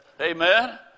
Amen